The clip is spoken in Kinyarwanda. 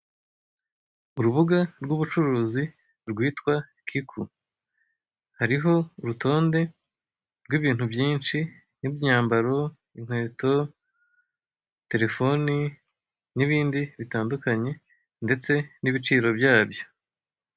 Urubuga rw'ubucuruzi rwitwa kiku, hariho urutonde rw'ibintu byinshi nk'imyambaro, inkweto, telefoni n'ibindi bitandukanye ndetse n'ibiciro byabyo.